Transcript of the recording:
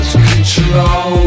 control